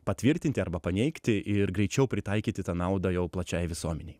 patvirtinti arba paneigti ir greičiau pritaikyti tą naudą jau plačiai visuomenei